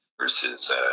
versus